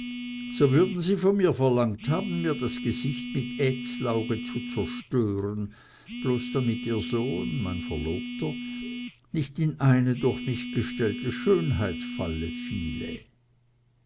können würden sie von mir verlangt haben mir das gesicht mit ätzlauge zu zerstören bloß damit ihr sohn mein verlobter nicht in eine durch mich gestellte schönheitsfalle fiele